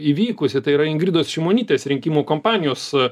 įvykusi tai yra ingridos šimonytės rinkimų kampanijos